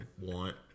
want